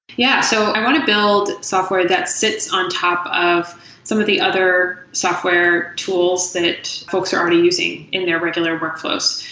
yeah. so i want to build software that sits on top of some of the other software tools that folks are already using in their regular work flows.